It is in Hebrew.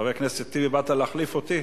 חבר הכנסת טיבי, באת להחליף אותי?